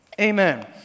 Amen